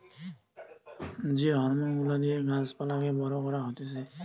যে সব হরমোন গুলা দিয়ে গাছ পালাকে বড় করা হতিছে